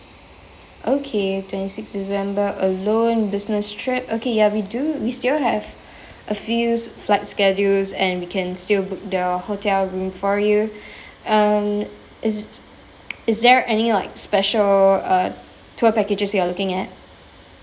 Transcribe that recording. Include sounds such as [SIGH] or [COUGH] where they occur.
okay twenty six december alone business trip okay ya we do we still have [BREATH] a few flight schedules and we can still book the hotel room for you [BREATH] um is is there any like special uh tour packages you are looking at